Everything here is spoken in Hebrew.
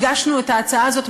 הגשנו מחדש את ההצעה הזאת,